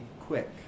quick